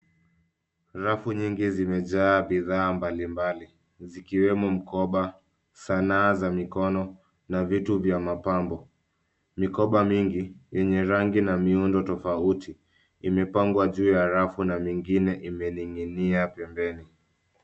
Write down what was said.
Rafu nyingi zimejaa bidhaa mbalimbali zikiwemo mikoba, sanaa za mikono na vitu vya mapambo. Mikoba nyingi enye rangi na miundo tofauti imepangwa juu ya rafu na mengine imening'inia pembeni.